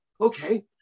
okay